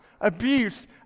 abuse